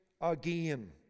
again